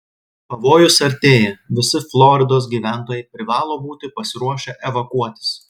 pavojus artėja visi floridos gyventojai privalo būti pasiruošę evakuotis